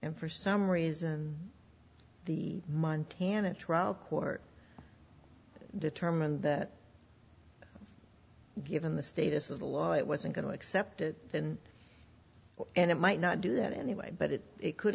and for some reason the montana trial court determined that given the status of the law it wasn't going to accept it and and it might not do that anyway but it could